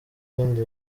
ibindi